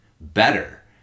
better